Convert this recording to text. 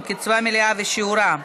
קצבה מלאה ושיעורה),